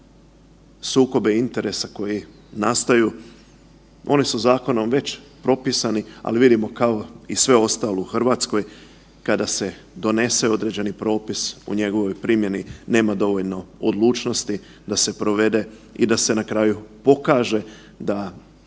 sukobe interesa koji nastaju oni su zakonom već propisani, ali vidimo kao i sve ostalo u RH kada se donese određeni propis u njegovoj primjeni nema dovoljno odlučnosti da se provede i da se na kraju pokaže da